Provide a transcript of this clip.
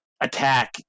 attack